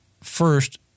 first